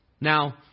Now